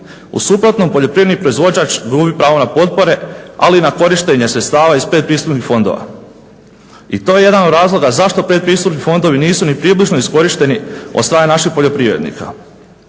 U suprotnom poljoprivredni proizvođač gubi pravo na potpore, ali i na korištenje sredstava iz pretpristupnih fondova. I to je jedan od razloga zašto pretpristupni fondovi nisu ni približno iskorišteni od strane naših poljoprivrednika.